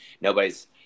nobody's